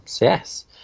yes